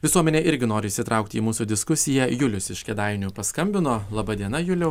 visuomenė irgi nori įsitraukti į mūsų diskusiją julius iš kėdainių paskambino laba diena juliau